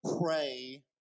pray